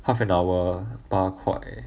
half an hour 八块